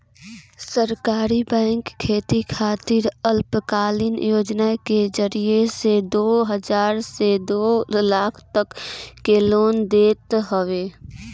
सहकारी बैंक खेती खातिर अल्पकालीन योजना के जरिया से दू हजार से दू लाख तक के लोन देत हवे